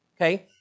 Okay